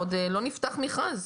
עוד לא נפתח מכרז.